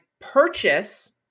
purchase